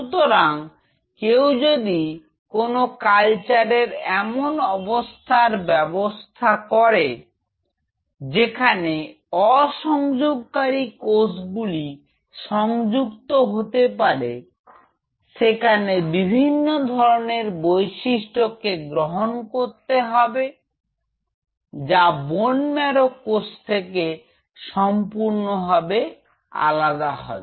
সুতরাং কেউ যদি কোন কালচারের এমন ব্যবস্থা করে যেখানে অ সংযোগকারী কোষগুলি সংযুক্ত হতে পারে সেখানে বিভিন্ন ধরনের বৈশিষ্ট্য কে গ্রহণ করতে হবে যা বোন ম্যারো কোষের থেকে সম্পূর্ণ ভাবে আলাদা হবে